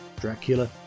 dracula